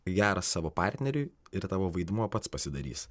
geras savo partneriui ir tavo vaidmuo pats pasidarys